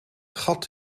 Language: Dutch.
gat